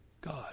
God